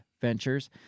ventures